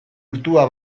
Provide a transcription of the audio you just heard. urtua